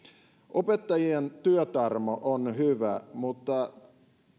opettajien työtarmo on hyvä mutta